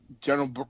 general